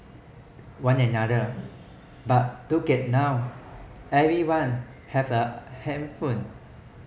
one another but look at now maybe one have a handphone